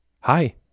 Hi